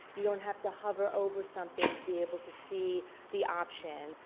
you don't have to hover over something to be able to see the option.